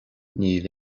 níl